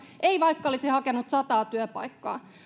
ei vaikka olisi hakenut sataa työpaikkaa